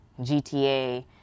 GTA